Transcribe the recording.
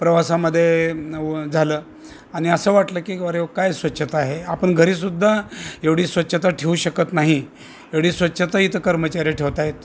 प्रवासामध्ये झालं आणि असं वाटलं की अरे वा काय स्वच्छता आहे आपण घरीसुद्धा एवढी स्वच्छता ठेऊ शकत नाही एवढी स्वच्छता इथं कर्मचारी ठेवत आहेत